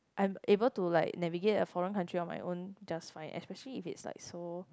I'm able to like navigate in a foreign country just fine especially if it's like so